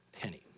penny